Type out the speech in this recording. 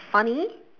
funny